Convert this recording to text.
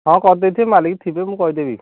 ହଁ କରିଦେଇଥିବି ମାଲିକ ଥିବେ ମୁଁ କହିଦେବି